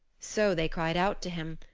so they cried out to him,